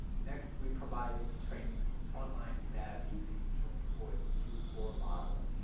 next we provided training for frontline staff using julian ford's t four model